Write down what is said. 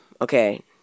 okay